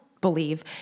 believe